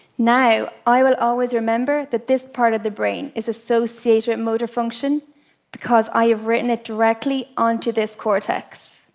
now i will always remember that this part of the brain is associated with motor function because i have written it directly onto this cortex.